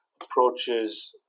approaches